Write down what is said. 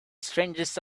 strangest